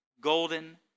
golden